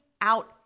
out